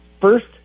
first